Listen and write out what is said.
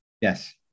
yes